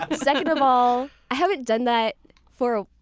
second of all, i haven't done that for,